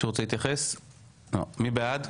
מי בעד,